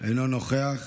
אינו נוכח,